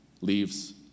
leaves